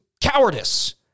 cowardice